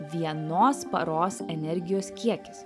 vienos paros energijos kiekis